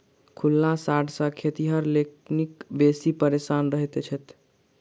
खुल्ला साँढ़ सॅ खेतिहर लोकनि बेसी परेशान रहैत छथि